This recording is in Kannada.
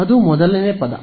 ಅದು ಮೊದಲ ಪದ